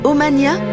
Omania